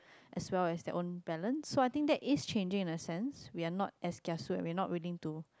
as well as their own balance so I think that is changing in a sense we are not as kiasu we are not willing to